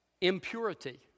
impurity